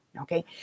okay